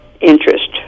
interest